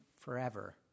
forever